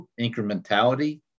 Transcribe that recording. incrementality